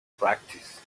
practice